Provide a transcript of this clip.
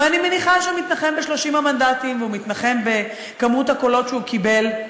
ואני מניחה שהוא מתנחם ב-30 המנדטים והוא מתנחם בכמות הקולות שהוא קיבל,